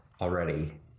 already